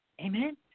Amen